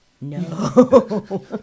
no